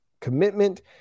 commitment